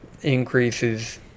increases